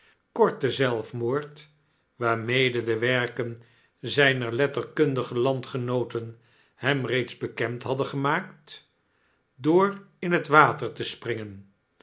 korten zelfmoord waarmede de werken zyner letterkundige landgenooten hem reeds bekend hadden gemaakt door in het water te springen